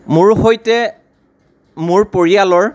মোৰ সৈতে মোৰ পৰিয়ালৰ